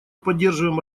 поддерживаем